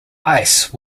ice